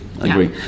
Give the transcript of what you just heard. agree